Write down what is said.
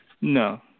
No